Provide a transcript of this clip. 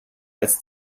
als